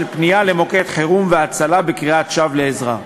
פנייה למוקד חירום והצלה בקריאת שווא לעזרה.